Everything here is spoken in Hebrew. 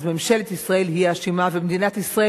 אז ממשלת ישראל היא האשמה ומדינת ישראל,